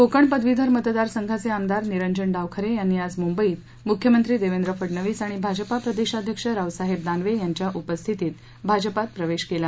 कोकण पदवीधर मतदारसंघाचे आमदार निरंजन डावखरे यांनी आज मुंबईत मुख्यमंत्री देवेंद्र फडनवीस आणि भाजपा प्रदेशाध्यक्ष रावसाहेब दानवे यांच्या उपस्थितीत भाजपात प्रवेश केला